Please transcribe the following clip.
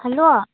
hello